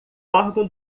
órgão